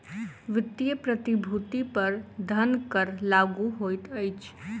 वित्तीय प्रतिभूति पर धन कर लागू होइत अछि